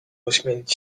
ośmielić